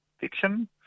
fiction